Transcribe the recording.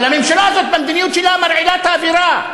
אבל הממשלה הזאת במדיניות שלה מרעילה את האווירה.